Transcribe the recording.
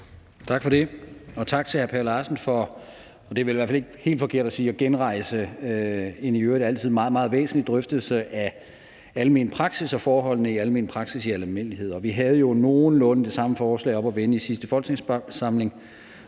Tak for det. Og tak til hr. Per Larsen for – det er i hvert fald ikke helt forkert at sige – at genrejse en i øvrigt altid meget, meget væsentlig drøftelse af almen praksis og forholdene i almen praksis i al almindelighed. Vi havde jo nogenlunde det samme forslag oppe at vende i sidste folketingssamling,